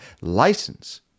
license